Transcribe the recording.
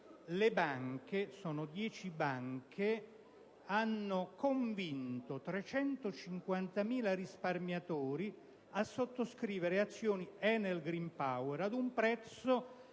si tratta di dieci banche) hanno convinto 350.000 risparmiatori a sottoscrivere azioni ENEL Green Power a un prezzo